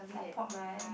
like pop right